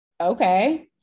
okay